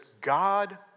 God